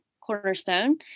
Cornerstone